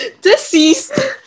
deceased